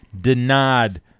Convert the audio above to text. denied